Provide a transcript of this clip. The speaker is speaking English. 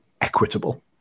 equitable